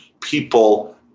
people